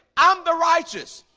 i'm the righteous